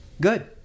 good